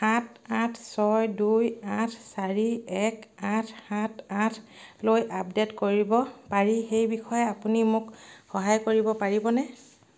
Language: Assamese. আঠ আঠ ছয় দুই আঠ চাৰি এক আঠ সাত আঠলৈ আপডেট কৰিব পাৰি সেই বিষয়ে আপুনি মোক সহায় কৰিব পাৰিবনে